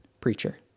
preacher